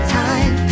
time